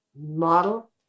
model